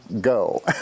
go